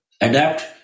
adapt